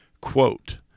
quote